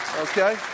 Okay